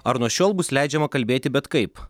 ar nuo šiol bus leidžiama kalbėti bet kaip